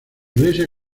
iglesia